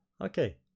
Okay